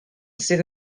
sydd